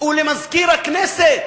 ולמזכיר הכנסת,